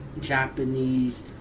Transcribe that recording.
Japanese